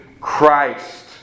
Christ